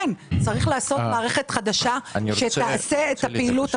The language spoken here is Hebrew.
כן, צריך לעשות מערכת חדשה שתעשה את הפעילות.